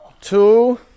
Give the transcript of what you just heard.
Two